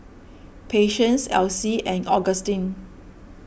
Patience Alcie and Agustin